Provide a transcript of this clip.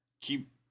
keep